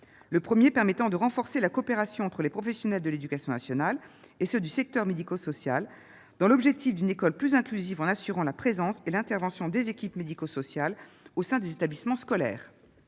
Le premier visait à renforcer la coopération entre les professionnels de l'éducation nationale et ceux du secteur médico-social dans l'objectif d'une école plus inclusive, en assurant la présence et l'intervention des équipes médico-sociales au sein des établissements scolaires.